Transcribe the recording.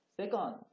Second